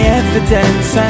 evidence